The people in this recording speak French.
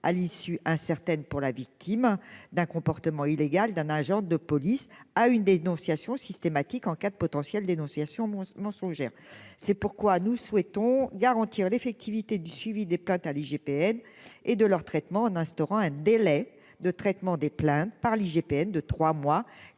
à l'issue incertaine pour la victime d'un comportement illégal d'un agent de police à une dénonciation systématique en cas de potentiel dénonciation mon mensongère, c'est pourquoi nous souhaitons garantir l'effectivité du suivi des plaintes à l'IGPN et de leur traitement en instaurant un délai de traitement des plaintes par l'IGPN deux 3 mois